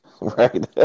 Right